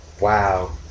Wow